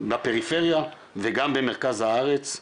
בפריפריה וגם במרכז הארץ.